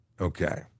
Okay